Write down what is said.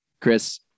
Chris